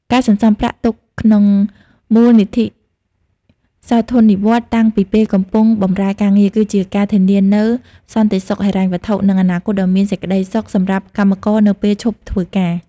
ការសន្សំប្រាក់ទុកក្នុងមូលនិធិសោធននិវត្តន៍តាំងពីពេលកំពុងបម្រើការងារ គឺជាការធានានូវសន្តិសុខហិរញ្ញវត្ថុ និងអនាគតដ៏មានសេចក្តីសុខសម្រាប់កម្មករនៅពេលឈប់ធ្វើការ។